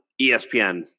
ESPN